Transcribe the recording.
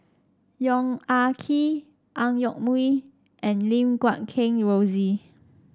Yong Ah Kee Ang Yoke Mooi and Lim Guat Kheng Rosie